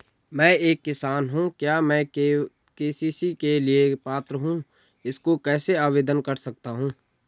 मैं एक किसान हूँ क्या मैं के.सी.सी के लिए पात्र हूँ इसको कैसे आवेदन कर सकता हूँ?